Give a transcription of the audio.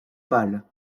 pâle